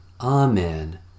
Amen